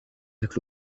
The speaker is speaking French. avec